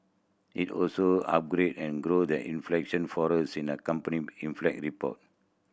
it also upgraded an growth and inflation forecast in the accompanying inflate report